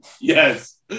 yes